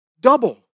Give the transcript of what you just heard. double